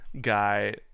guy